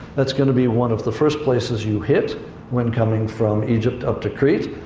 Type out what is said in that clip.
that's going to be one of the first places you hit when coming from egypt up to crete,